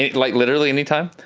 like literally any time?